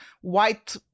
white